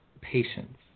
patience